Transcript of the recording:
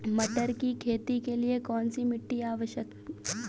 मटर की खेती के लिए कौन सी मिट्टी आवश्यक है?